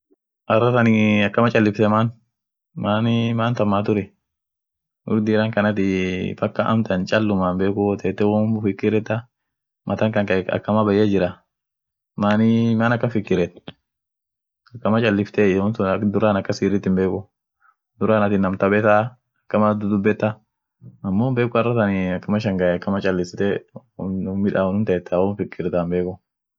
Ajentina nii ishin ada ishia birini tam dunga suni amo dumii won birit jira ta ada ishia tango yedeni goolcho culture yedeni mate yedeni dumi amineni won dibit jiraai akii ishini wolrititu